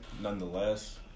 nonetheless